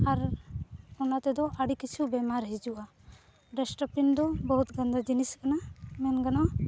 ᱟᱨ ᱚᱱᱟᱛᱮᱫᱚ ᱟᱹᱰᱤ ᱠᱤᱪᱷᱩ ᱵᱤᱢᱟᱨ ᱦᱤᱡᱩᱜᱼᱟ ᱰᱟᱥᱴᱵᱤᱱ ᱫᱚ ᱵᱚᱦᱩᱛ ᱜᱚᱱᱫᱟ ᱡᱤᱱᱤᱥ ᱠᱟᱱᱟ ᱢᱮᱱ ᱜᱟᱱᱚᱜᱼᱟ